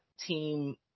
team –